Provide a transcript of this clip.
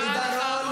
מה הבעיה?